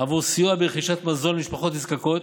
עבור סיוע ברכישת מזון למשפחות נזקקות